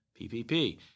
PPP